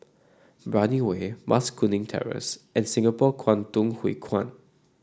Brani Way Mas Kuning Terrace and Singapore Kwangtung Hui Kuan